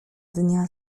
dnia